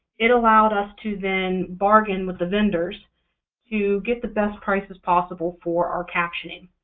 it allowed us to then bargain with the vendors to get the best prices possible for our captioning.